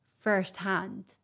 firsthand